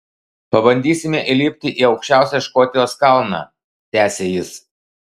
pabandysime įlipti į aukščiausią škotijos kalną tęsė jis